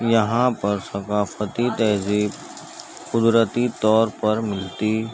یہاں پر ثقافتی تہذیب قدرتی طور پر ملتی